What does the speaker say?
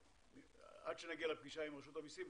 עד שנגיע לפגישה עם רשות המיסים,